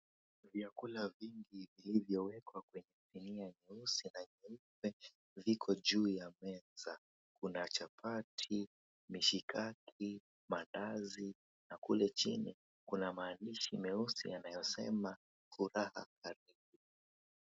Vyakula vyingi vilivyowekwa kwenye sinia nyeusi na nyeupe viko juu ya meza kuna ya chapati, mishikaki, maandazi na kule chini kuna maandishi meusi yanayosema, Furaha Karibu.